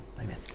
Amen